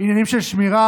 עניינים של שמירה,